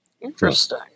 Interesting